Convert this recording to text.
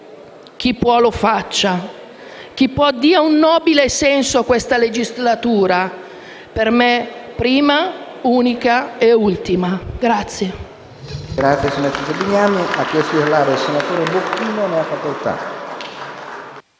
Chi può, lo faccia. Chi può, dia un nobile senso a questa legislatura, per me prima, unica e ultima.